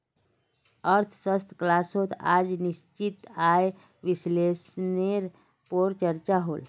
अर्थशाश्त्र क्लास्सोत आज निश्चित आय विस्लेसनेर पोर चर्चा होल